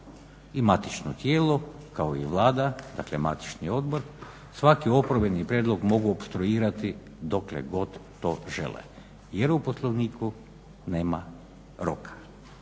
i matično tijelo kao i Vlada, dakle matični odbor, svaki oporbeni prijedlog mogu opstruirati dokle god to žele jer u Poslovniku nema roka.